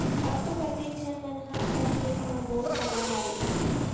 अब तो कतेक झन मन ह अपन खेत म बोर करवा डारे हें